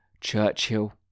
churchill